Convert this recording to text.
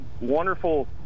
wonderful